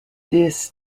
this